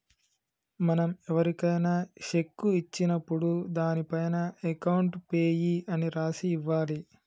మనం ఎవరికైనా శెక్కు ఇచ్చినప్పుడు దానిపైన అకౌంట్ పేయీ అని రాసి ఇవ్వాలి